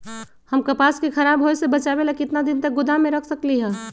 हम कपास के खराब होए से बचाबे ला कितना दिन तक गोदाम में रख सकली ह?